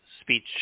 speech